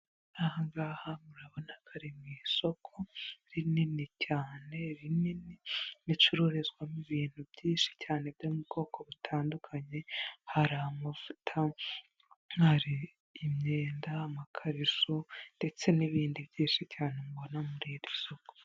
Ahangaha murabona ko ari mu isoko rinini cyane rinini ricururizwamo ibintu byinshi cyane byo mu bwoko butandukanye hari amavuta, hari imyenda, amakariso, ndetse n'ibindi byinshi cyane mubona muri iri soko.